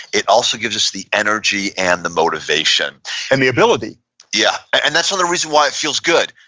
it also gives us the energy and the motivation and the ability yeah. and that's another reason why it feels good,